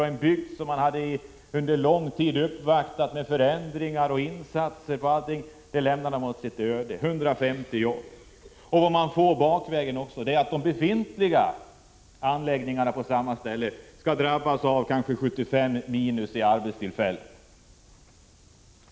Den bygd som bolaget under lång tid hade uppvaktat och utlovat förbättringar och insatser lämnade man åt sitt öde. 150 jobb rörde det sig om. Som en följd av det kommer de befintliga anläggningarna på orten att drabbas. Där blir det kanske 75 färre arbetstillfällen.